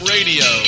Radio